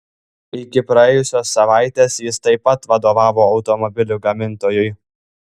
iki praėjusios savaitės jis taip pat vadovavo automobilių gamintojui